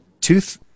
tooth